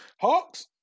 Hawks